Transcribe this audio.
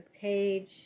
page